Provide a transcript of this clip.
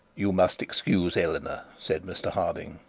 you must excuse eleanor said mr harding.